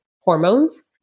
hormones